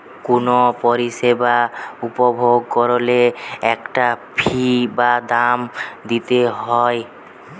কুনো পরিষেবা উপভোগ কোরলে একটা ফী বা দাম দিতে হই